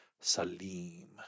Salim